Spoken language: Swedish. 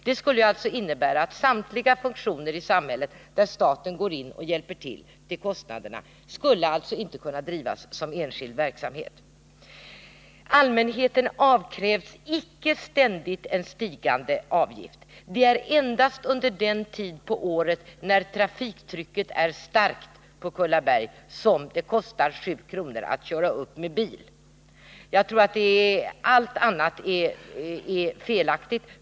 Om vi skulle följa herr Silfverstrands linje, skulle inga funktioner i samhället där staten går in och hjälper till med kostnaderna kunna drivas som enskild verksamhet. Allmänheten avkrävs icke en ständigt stigande avgift. Det är endast under den tid på året när trafiktrycket på Kullaberg är starkt som det kostar 7 kr. att köra upp med bil. Alla andra uppgifter är felaktiga.